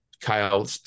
kyle